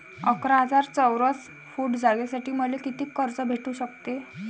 अकरा हजार चौरस फुट जागेसाठी मले कितीक कर्ज भेटू शकते?